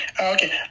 Okay